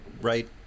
right